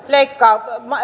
leikkaa